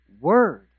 Word